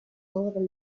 overall